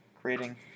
creating